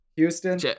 Houston